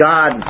God